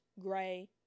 gray